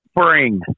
Spring